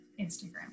Instagram